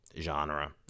genre